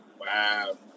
Wow